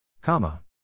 Comma